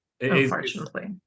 unfortunately